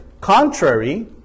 contrary